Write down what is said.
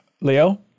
Leo